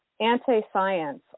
Anti-science